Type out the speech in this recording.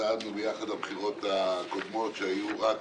צעדנו ביחד בבחירות הקודמות שהיו רק